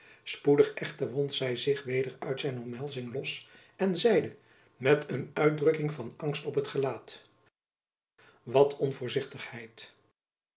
spoedig echter wond zy zich weder uit zijn omhelzing los en zeide met een uitdrukking van angst op het gelaat wat